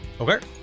Okay